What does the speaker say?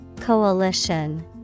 Coalition